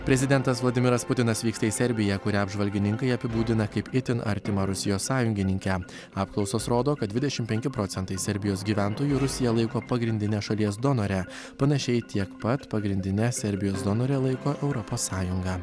prezidentas vladimiras putinas vyksta į serbiją kurią apžvalgininkai apibūdina kaip itin artimą rusijos sąjungininkę apklausos rodo kad dvidešim penki procentai serbijos gyventojų rusiją laiko pagrindine šalies donore panašiai tiek pat pagrindine serbijos donore laiko europos sąjungą